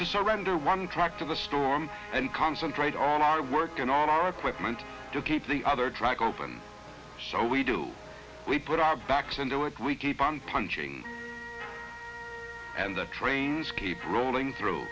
to surrender one track to the storm and concentrate on our work and on our equipment to keep the other track open show we do we put our backs into it we keep on punching and the trains keep rolling through